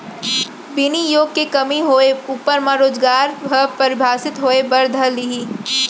बिनियोग के कमी होवब ऊपर म रोजगार ह परभाबित होय बर धर लिही